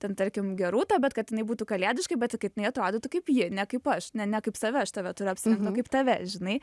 ten tarkim gerūta bet kad jinai būtų kalėdiškai bet ji kaip jinai atrodytų kaip ji ne kaip aš ne ne kaip save aš tave turiu apsa kaip tave žinai